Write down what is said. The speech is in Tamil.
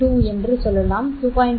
2 என்று சொல்லலாம் 2